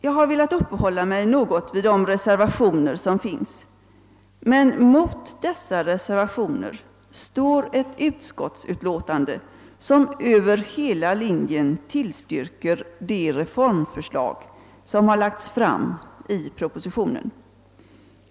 Jag har velat uppehålla mig något vid de reservationer som finns, men mot reservationerna står ett uttalande av utskottsmajoriteten, som över hela 'linjen tillstyrker de reformförslag som lagts fram i propositionen.